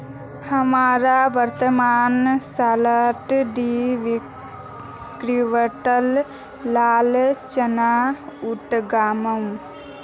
हमरा वर्तमान सालत दी क्विंटल लाल चना उगामु